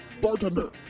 Bartender